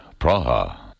Praha